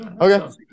Okay